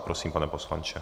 Prosím, pane poslanče.